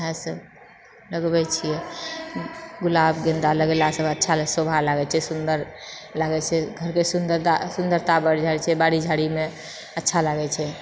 ओएह सब बजबै लगबैछिए गुलाब गेन्दा लगेलासँ अच्छा शोभा लागैछै नही सुन्दर लागैत छै घरके सुन्दरता सुन्दरता बढ़ि जाइत छै बाड़ि झाड़िमे अच्छा लागिते लागैछै